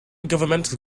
governmental